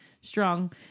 strong